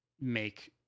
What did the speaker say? make